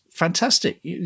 Fantastic